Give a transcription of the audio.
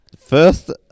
first